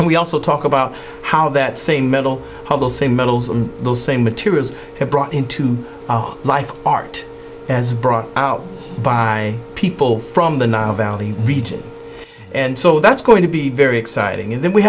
and we also talk about how that same metal how those same metals on those same materials are brought into life art and brought out by people from the nile valley region and so that's going to be very exciting and then we